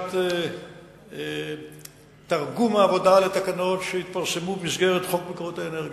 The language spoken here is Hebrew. הגשת תרגום העבודה לתקנות שיתפרסמו במסגרת חוק מקורות האנרגיה.